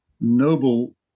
noble